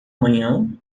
amanhã